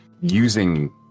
using